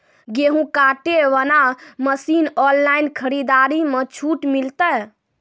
गेहूँ काटे बना मसीन ऑनलाइन खरीदारी मे छूट मिलता?